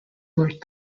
worked